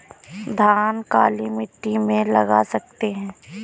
धान काली मिट्टी में लगा सकते हैं?